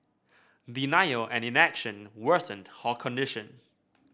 denial and inaction worsened her condition